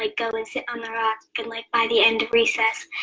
like go and sit on the rock and like by the end of recess,